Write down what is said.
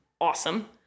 awesome